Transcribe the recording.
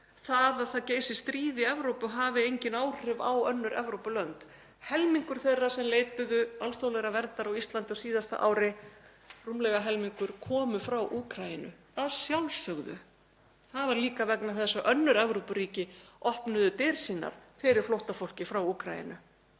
það að stríð geisi í Evrópu hafi engin áhrif á önnur Evrópulönd. Helmingur þeirra sem leituðu alþjóðlegrar verndar á Íslandi á síðasta ári, rúmlega helmingur, kom frá Úkraínu, að sjálfsögðu. Það var líka vegna þess að önnur Evrópuríki opnuðu dyr sínar fyrir flóttafólki frá Úkraínu